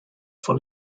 for